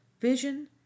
vision